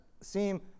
seem